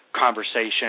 conversation